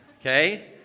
Okay